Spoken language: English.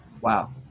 Wow